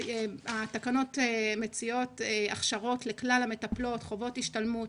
התקנות מציעות הכשרות לכל המטפלות, חובות השתלמות.